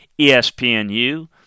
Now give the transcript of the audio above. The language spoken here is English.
ESPNU